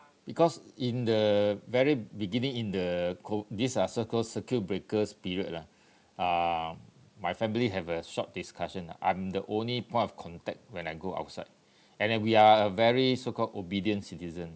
because in the very beginning in the CO~ this ah so called circuit breaker's period lah um my family have a short discussion lah I'm the only point of contact when I go outside and then we are very so called obedient citizen